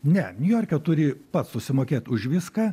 ne niujorke turi pats susimokėt už viską